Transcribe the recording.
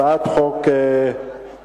הצעת חוק הדגל,